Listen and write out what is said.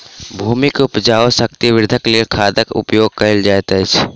भूमि के उपजाऊ शक्ति वृद्धिक लेल खादक उपयोग कयल जाइत अछि